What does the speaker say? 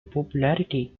popularity